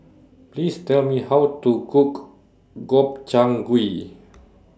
Please Tell Me How to Cook Gobchang Gui